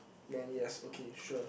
then yes okay sure